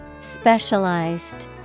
Specialized